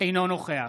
אינו נוכח